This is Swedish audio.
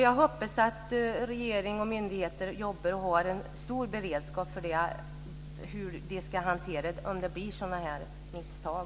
Jag hoppas att regeringen och myndigheterna jobbar med detta och har en stor beredskap för hur man ska agera om det blir sådana här misstag.